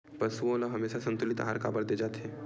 पशुओं ल हमेशा संतुलित आहार काबर दे जाथे?